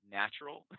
natural